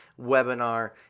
webinar